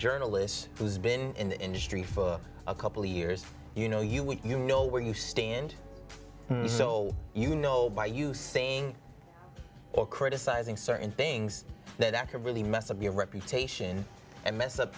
journalist who's been in the industry for a couple of years you know you you know where you stand so you know by you saying or criticizing certain things that could really mess up your reputation and mess up